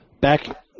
back